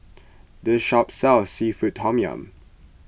this shop sells Seafood Tom Yum